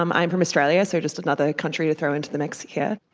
um i'm from australia, so just another country to throw into the mix here.